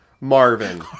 Marvin